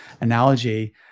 analogy